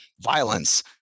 violence